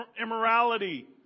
immorality